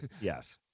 Yes